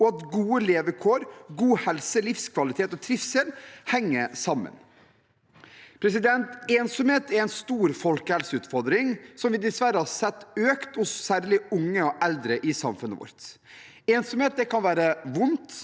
Gode levekår, god helse, livskvalitet og trivsel henger sammen. Ensomhet er en stor folkehelseutfordring som vi dessverre har sett øke hos særlig unge og eldre i samfunnet vårt. Ensomhet kan være vondt,